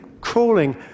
crawling